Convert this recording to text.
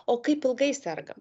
o kaip ilgai sergam